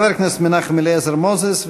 חבר הכנסת מנחם אליעזר מוזס,